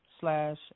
slash